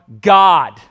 God